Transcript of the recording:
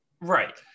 right